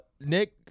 Nick